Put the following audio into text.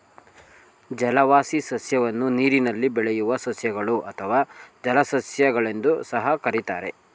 ಜಲವಾಸಿ ಸಸ್ಯವನ್ನು ನೀರಿನಲ್ಲಿ ಬೆಳೆಯುವ ಸಸ್ಯಗಳು ಅಥವಾ ಜಲಸಸ್ಯ ಗಳೆಂದೂ ಸಹ ಕರಿತಾರೆ